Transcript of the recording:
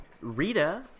Rita